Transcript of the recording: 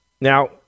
Now